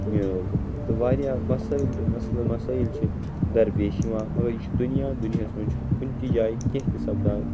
یہِ تہٕ واریاہ مَسٲیِل تہٕ مَسلہٕ مَسٲیِل چھِ دَرپیش یِوان مگر یہِ چھُ دُنیا دُنیاہَس منٛز چھُ کُنہِ تہِ جایہِ کیٚنٛہہ تہِ سَپدان